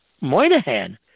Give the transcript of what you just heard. Moynihan